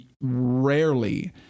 rarely